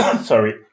sorry